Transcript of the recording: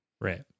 Right